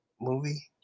movie